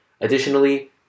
Additionally